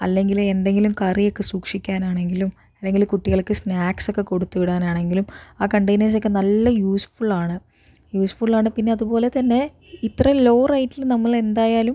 അല്ലെങ്കില് എന്തെങ്കിലും കറിയൊക്കെ സൂക്ഷിക്കാനാണെങ്കിലും അല്ലെങ്കില് കുട്ടികൾക്ക് സ്നാക്സ് ഒക്കെ കൊടുത്തു വിടാനാണെങ്കിലും ആ കണ്ടൈനേഴ്സൊക്കെ നല്ല യൂസ്ഫുള്ളാണ് യൂസ്ഫുള്ളാണ് പിന്നെ അതുപോലെതന്നെ ഇത്ര ലോ റേറ്റില് നമ്മള് എന്തായാലും